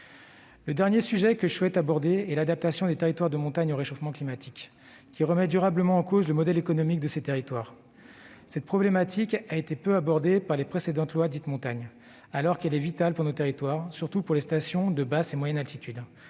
déposée à ce sujet. L'adaptation des territoires de montagne au réchauffement climatique remet durablement en cause leur modèle économique. Cette problématique a été peu abordée par les précédentes lois Montagne, alors qu'elle est vitale pour nos territoires, surtout pour les stations de basse et moyenne altitudes.